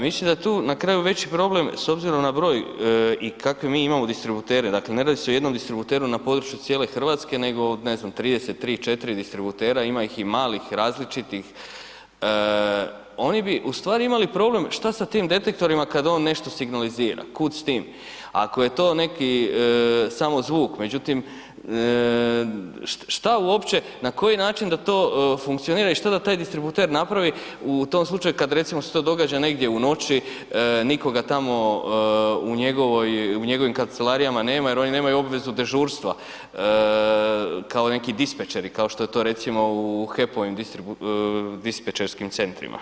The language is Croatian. Mislim da je tu na kraju veći problem, s obzirom na broj i kakve mi imamo distributere, dakle ne radi se o jednom distributeru na području cijele Hrvatske nego ne znam, 33, 34 distributera, ima ih i malih, različitih, oni bi ustvari imali problem šta sa tim detektorima kad on nešto signalizira, kud s tim, ako je to neki samo zvuk međutim, šta uopće, na koji način da to funkcionira i šta da taj distributer napravi u tom slučaju kad recimo se to događa negdje u noći, nikoga tamo u njegovim kancelarijama nema jer oni nemaju obvezu dežurstva kao neki dispečeri, kao što je to recimo u HEP-ovim dispečerskim centrima.